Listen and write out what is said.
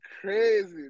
crazy